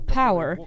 power